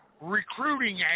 recruiting